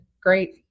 great